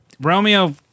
romeo